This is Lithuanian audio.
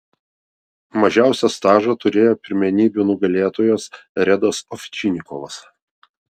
mažiausią stažą turėjo pirmenybių nugalėtojas redas ovčinikovas